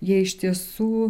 jie iš tiesų